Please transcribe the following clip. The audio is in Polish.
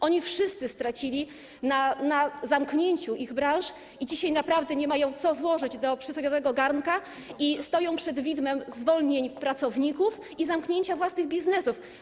Oni wszyscy stracili na zamknięciu ich branż i dzisiaj naprawdę nie mają co włożyć do przysłowiowego garnka, stoją przed widmem zwolnień pracowników i zamknięcia własnych biznesów.